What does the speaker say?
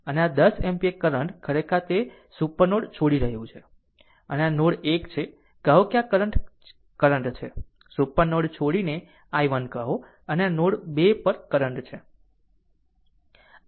અને આ 10 ampere current ખરેખર તે સુપર નોડ છોડી રહ્યું છે અને આ નોડ 1 છે કહો કે આ પણ કરંટ છે સુપર નોડ છોડીને i1 કહો અને આ નોડ 2 પર કરંટ છે